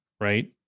right